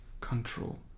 control